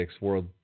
World